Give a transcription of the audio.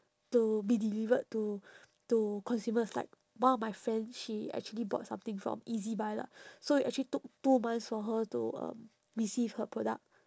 to be delivered to to consumers like one of my friends she actually bought something from ezbuy lah so it actually took two months for her to um receive her product